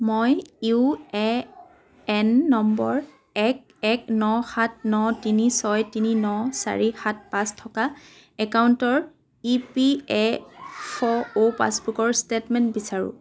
মই U A N number এক এক ন সাত ন তিনি ছয় তিনি ন চাৰি সাত পাঁচ থকা একাউণ্টৰ ই পি এফ অ' পাছবুকৰ ষ্টেটমেণ্ট বিচাৰোঁ